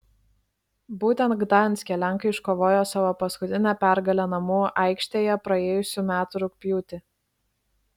būtent gdanske lenkai iškovojo savo paskutinę pergalę namų aikštėje praėjusių metų rugpjūtį